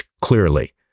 clearly